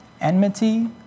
Enmity